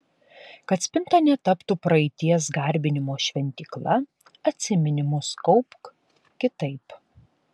kad spinta netaptų praeities garbinimo šventykla atsiminimus kaupk kitaip